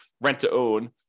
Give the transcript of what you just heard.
rent-to-own